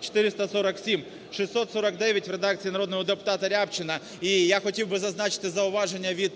447, 649 - в редакції народного депутатаРябчина. І я хотів би зазначити зауваження від